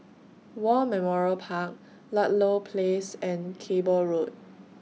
War Memorial Park Ludlow Place and Cable Road